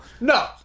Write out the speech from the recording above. No